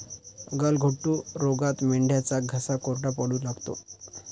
गलघोटू रोगात मेंढ्यांचा घसा कोरडा पडू लागतो